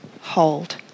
hold